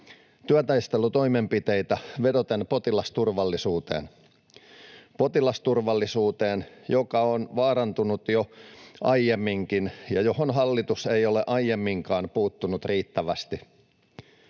työtaistelutoimenpiteitä vedoten potilasturvallisuuteen — potilasturvallisuuteen, joka on vaarantunut jo aiemminkin ja johon hallitus ei ole aiemminkaan puuttunut riittävästi.